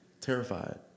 Terrified